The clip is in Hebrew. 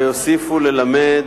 ויוסיפו ללמד,